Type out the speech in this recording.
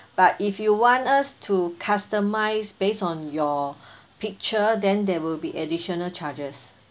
but if you want us to customised based on your picture then there will be additional charges